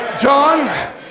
John